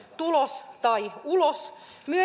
tulos tai ulos